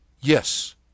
Yes